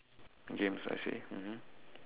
games I see mmhmm